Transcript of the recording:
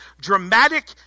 dramatic